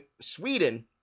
Sweden